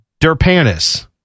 Derpanis